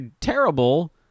terrible